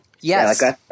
Yes